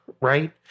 right